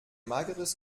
mageres